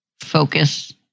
focus